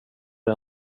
det